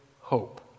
hope